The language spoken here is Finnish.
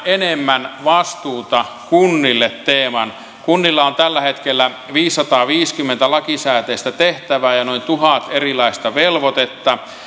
enemmän vastuuta kunnille teeman kunnilla on tällä hetkellä viisisataaviisikymmentä lakisääteistä tehtävää ja ja noin tuhat erilaista velvoitetta